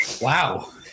Wow